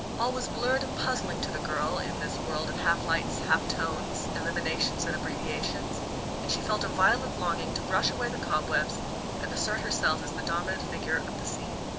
all was blurred and puzzling to the girl in this world of half-lights, half-tones, eliminations and abbreviations and she felt a violent longing to brush away the cobwebs and assert herself as the dominant figure of the scene.